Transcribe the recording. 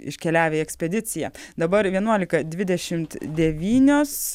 iškeliavę į ekspediciją dabar vienuolika dvidešimt devynios